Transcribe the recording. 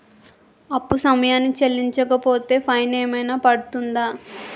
అప్పు సమయానికి చెల్లించకపోతే ఫైన్ ఏమైనా పడ్తుంద?